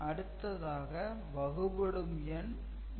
அடுத்ததாக வகுபடும் எண் 3